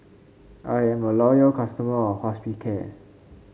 I am a loyal customer of Hospicare